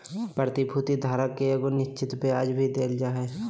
प्रतिभूति धारक के एगो निश्चित ब्याज भी देल जा हइ